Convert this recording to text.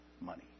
money